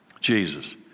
Jesus